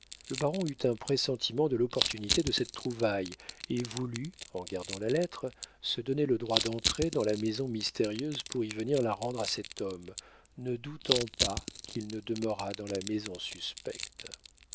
le baron eut un pressentiment de l'opportunité de cette trouvaille et voulut en gardant la lettre se donner le droit d'entrer dans la maison mystérieuse pour y venir la rendre à cet homme ne doutant pas qu'il ne demeurât dans la maison suspecte